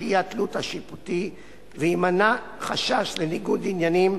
אי-התלות השיפוטית ויימנע חשש לניגוד עניינים